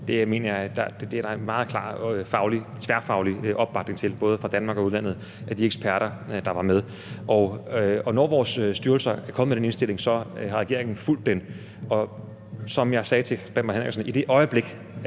jeg der er en meget klar tværfaglig enighed om, både i Danmark og i udlandet og blandt de eksperter, der var med på høringen. Når vores styrelser er kommet med den indstilling, har regeringen fulgt den, og som jeg sagde til hr. Preben Bang Henriksen: I det øjeblik